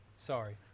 Sorry